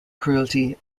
cruelty